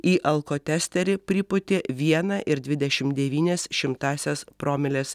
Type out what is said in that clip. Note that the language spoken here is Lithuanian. į alkotesterį pripūtė vieną ir dvidešimt devynia šimtasias promilės